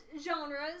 genres